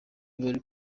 bari